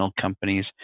companies